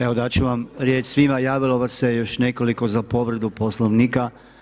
Evo dat ću vam riječ svima, javilo vas se još nekoliko za povredu Poslovnika.